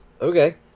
okay